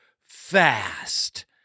fast